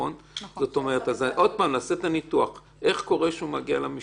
אז נעשה את הניתוח, איך קורה שהוא מגיע למשטרה?